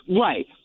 Right